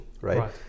right